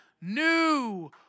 New